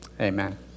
Amen